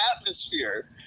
atmosphere